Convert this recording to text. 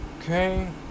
Okay